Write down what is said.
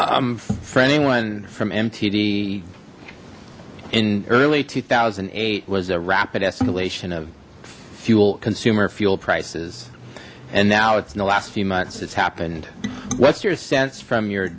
um for anyone from mtd in early two thousand and eight was a rapid escalation of fuel consumer fuel prices and now it's in the last few months that's happened what's your sense from your